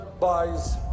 buys